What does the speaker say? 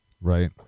right